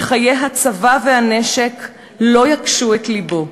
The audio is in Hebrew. שחיי הצבא והנשק לא יקשו את לבו,